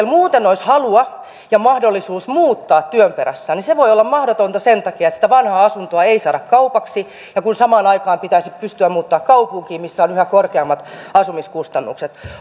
muuten olisi halua ja mahdollisuus muuttaa työn perässä niin se voi olla mahdotonta sen takia että sitä vanhaa asuntoa ei saada kaupaksi ja samaan aikaan pitäisi pystyä muuttamaan kaupunkiin missä on yhä korkeammat asumiskustannukset